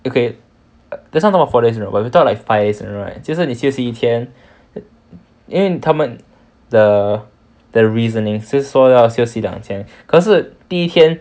okay this [one] four days in a row but we talk about five days in a row like 其实你休息一天因为他们 the the reasoning 是说要休息两天可是第一天